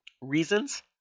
reasons